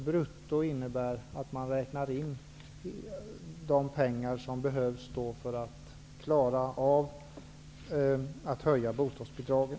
Brutto innebär det att man räknar in de pengar som behövs för att klara av en höjning av bostadsbidragen.